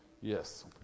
Yes